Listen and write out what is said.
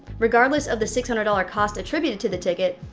regardless of the six hundred dollars cost attributed to the ticket,